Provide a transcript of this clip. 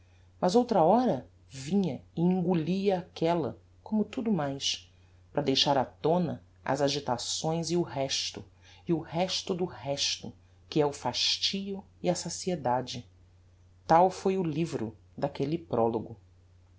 mas outra hora vinha e engolia aquella como tudo mais para deixar á tona as agitações e o resto e o resto do resto que é o fastio e a saciedade tal foi o livro daquelle prologo